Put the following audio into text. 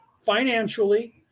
financially